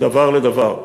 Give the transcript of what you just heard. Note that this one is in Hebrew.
מדבר לדבר.